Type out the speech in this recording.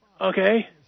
Okay